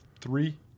three